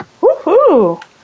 Woohoo